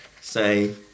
say